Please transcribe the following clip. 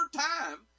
time